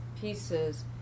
pieces